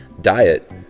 diet